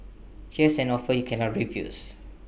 here's an offer you cannot refuse